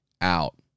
out